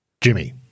Jimmy